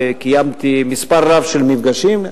וקיימתי מספר רב של מפגשים,